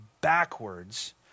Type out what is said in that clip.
backwards